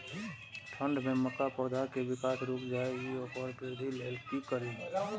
ठंढ में मक्का पौधा के विकास रूक जाय इ वोकर वृद्धि लेल कि करी?